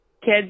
Kids